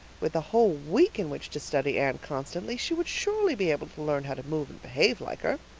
with a whole week in which to study anne constantly she would surely be able to learn how to move and behave like her.